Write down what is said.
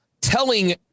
telling